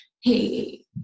hey